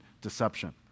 deception